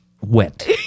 went